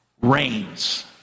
reigns